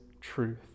truth